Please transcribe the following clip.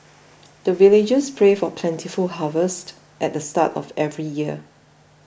the villagers pray for plentiful harvest at the start of every year